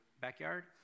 backyard